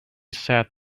said